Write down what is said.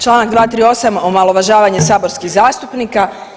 Čl. 238, omalovažavanje saborskih zastupnika.